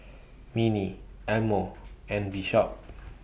Minnie Elmo and Bishop